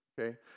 Okay